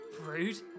Rude